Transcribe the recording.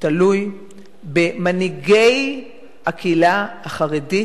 תלוי במנהיגי הקהילה החרדית,